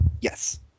Yes